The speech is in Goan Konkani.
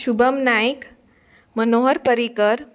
शुभम नायक मनोहर परिकर